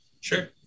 Sure